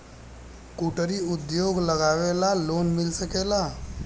कुटिर उद्योग लगवेला लोन मिल सकेला?